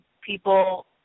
people